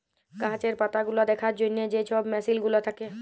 গাহাচের পাতাগুলা দ্যাখার জ্যনহে যে ছব মেসিল গুলা থ্যাকে